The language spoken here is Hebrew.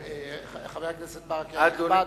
חבר הכנסת ברכה הנכבד,